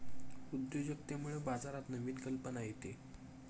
उद्योजकतेमुळे बाजारात नवीन कल्पना येते